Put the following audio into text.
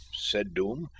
said doom,